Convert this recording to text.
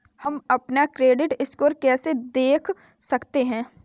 हम अपना credit score कैसे देख सकते हैं?